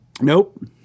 Nope